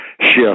shift